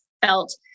felt